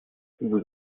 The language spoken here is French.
vous